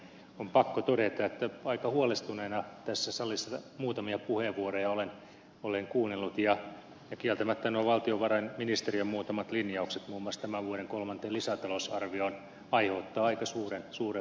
on pakko todeta että aika huolestuneena tässä salissa muutamia puheenvuoroja olen kuunnellut ja kieltämättä nuo valtiovarainministeriön muutamat linjaukset muun muassa tämän vuoden kolmanteen lisätalousarvioon aiheuttavat aika suuren huolen tältä osin